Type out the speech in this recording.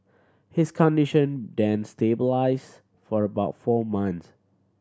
his condition then stabilised for about four months